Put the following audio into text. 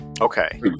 Okay